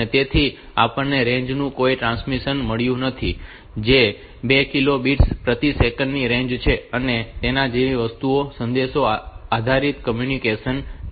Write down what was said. તેથી આપણને રેન્જ નું કોઈ ટ્રાન્સમિશન મળ્યું નથી જે 2 કિલો બિટ્સ પ્રતિ સેકન્ડની રેન્જ છે અને તેના જેવી વસ્તુઓ સંદેશ આધારિત કમ્યુનિકેશન છે